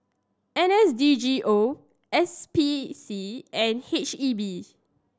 N S D G O S P C and H E B